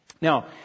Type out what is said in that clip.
Now